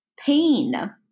pain